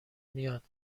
میاد